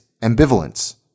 ambivalence